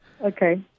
Okay